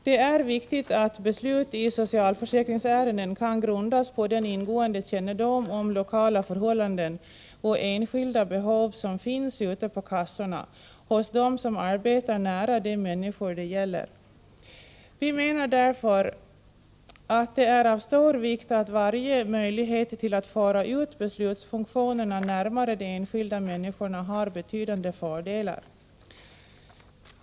Det är viktigt att beslut i socialförsäkringsärenden kan grundas på den ingående kännedom om lokala förhållanden och enskilda behov som finns ute på kassorna, hos dem som arbetar nära de människor det gäller. Vi menar därför att det är av stor vikt att tillvarata varje 55 möjlighet till att föra beslutsfunktionerna närmare de enskilda människorna.